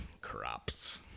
crops